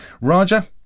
Raja